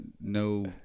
No